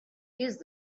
used